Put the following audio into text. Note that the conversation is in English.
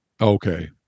Okay